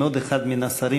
עם עוד אחד מן השרים,